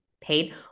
paid